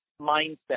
mindset